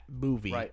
movie